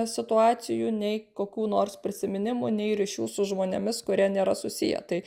situacijų nei kokių nors prisiminimų nei ryšių su žmonėmis kurie nėra susiję tai